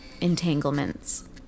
entanglements